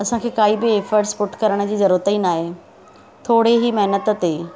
असांखे काई बि एफ़ट्स पुट करण जी ज़रूरत ई ना आहे थोरी ई महिनत ते